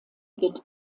wird